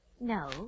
No